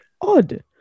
odd